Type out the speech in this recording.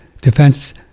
defense